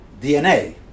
DNA